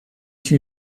two